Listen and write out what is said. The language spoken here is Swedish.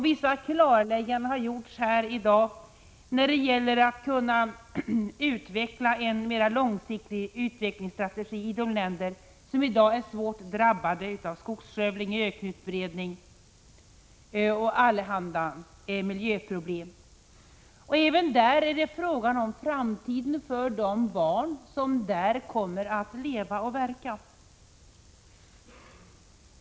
Vissa klarlägganden har gjorts här i dag när det gäller att utveckla en mer långsiktig utvecklingsstrategi i de länder som i dag är svårt drabbade av skogsskövling, ökenutbredning och allehanda miljöproblem. Även i dessa fall är det fråga om framtiden för de barn som kommer att leva och verka i dessa länder.